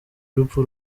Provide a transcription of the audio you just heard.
urupfu